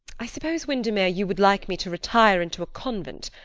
i suppose, windermere, you would like me to retire into a convent,